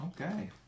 Okay